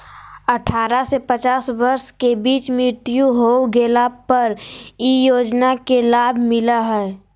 अठारह से पचास वर्ष के बीच मृत्यु हो गेला पर इ योजना के लाभ मिला हइ